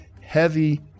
heavy